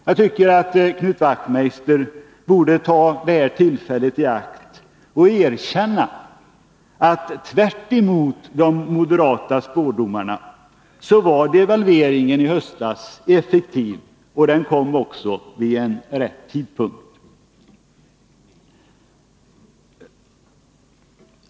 Jag tycker att Knut Wachtmeister borde ta det här tillfället i akt och erkänna att devalveringen i höstas, tvärtemot de moderata spådomarna, var effektiv och också kom vid rätt tidpunkt.